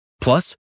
Plus